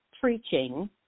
preaching